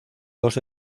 dos